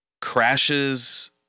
crashes